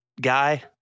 guy